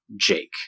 Jake